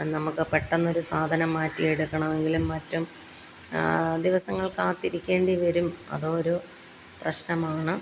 നമ്മള്ക്ക് പെട്ടെന്ന് ഒരു സാധനം മാറ്റി എടുക്കണമെങ്കിലും മറ്റും ദിവസങ്ങൾ കാത്തിരിക്കേണ്ടി വരും അതും ഒരു പ്രശ്നമാണ്